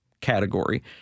category